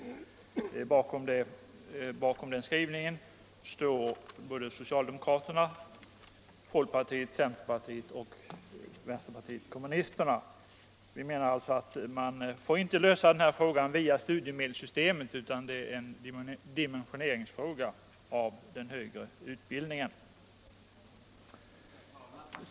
Bakom den skrivningen står socialdemokraterna, folkpartiet, centerpartiet och vänsterpartiet kommunisterna. Vi menar alltså att man inte får lösa den här frågan via studiemedelssystemet utan det är en fråga om dimensionering av den högre utbildningen.